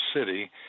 City